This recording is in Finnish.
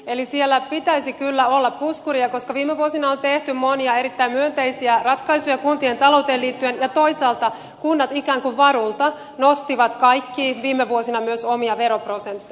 eli siellä pitäisi kyllä olla puskuria koska viime vuosina on tehty monia erittäin myönteisiä ratkaisuja kuntien talouteen liittyen ja toisaalta kunnat ikään kuin varulta nostivat kaikki viime vuosina myös omia veroprosenttejaan